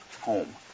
home